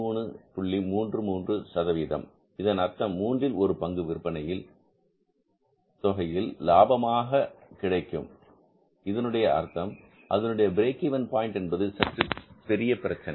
33 சதவீதம் இதன் அர்த்தம் மூன்றில் ஒரு பங்கு விற்பனையின் தொகையில் லாபமாகக் கிடைக்கும் இதனுடைய அர்த்தம் அதனுடைய பிரேக் இவென் பாயின்ட் என்பது சற்று பெரிய பிரச்சனை